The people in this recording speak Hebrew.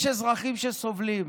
יש אזרחים שסובלים.